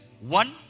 one